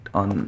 on